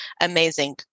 amazing